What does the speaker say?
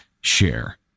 share